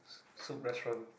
Soup Restaurant